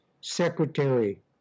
secretary